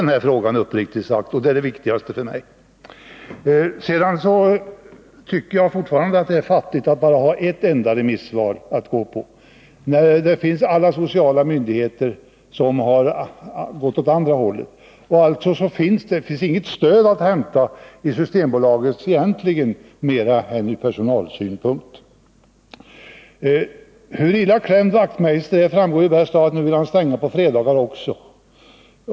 Uppriktigt sagt begriper han den här frågan — och det är det viktigaste för mig. Jag tycker fortfarande att det är fattigt om man har bara ett enda remissvar att stödja sig på. Remissvaren från alla sociala myndigheter går ju åt det andra hållet. Det finns egentligen inget stöd att hämta i Systembolagets uppfattning mer än ur personalsynpunkt. Hur illa klämd herr Wachtmeister är framgår av att han nu vill stänga på fredagarna också.